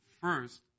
first